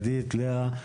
לעידית וללאה,